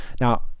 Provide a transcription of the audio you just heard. Now